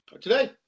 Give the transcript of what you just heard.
today